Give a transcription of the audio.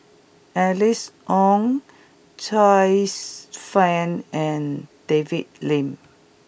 Alice Ong Joyce Fan and David Lim